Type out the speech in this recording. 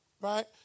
Right